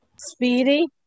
Speedy